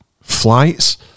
Flights